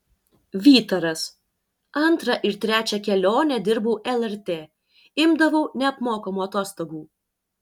vytaras antrą ir trečią kelionę dirbau lrt imdavau neapmokamų atostogų